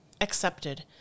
accepted